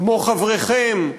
כמו חבריכם,